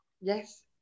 yes